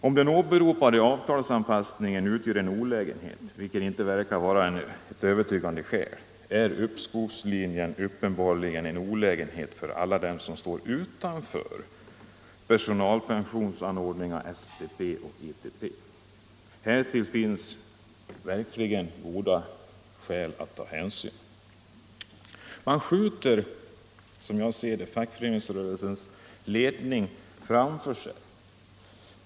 Om den åberopade avtalsanpassningen utgör en olägenhet, vilket inte verkar vara ett övertygande skäl, är uppskovslinjen uppenbarligen en olägenhet för alla dem som står utanför personalpensionsanordningar av typen STP och ITP. Man skjuter fackföreningsrörelsens ledning framför sig.